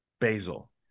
Basil